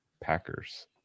Packers